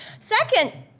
second,